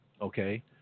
Okay